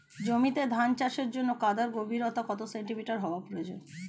জমিতে ধান চাষের জন্য কাদার গভীরতা কত সেন্টিমিটার হওয়া প্রয়োজন?